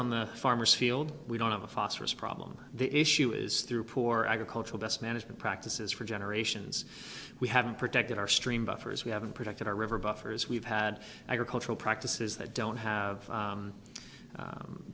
on the farmer's field we don't have a phosphorus problem the issue is through poor agricultural best management practices for generations we haven't protected our stream buffers we haven't protected our river buffers we've had agricultural practices that don't have